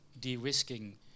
de-risking